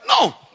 no